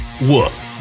Woof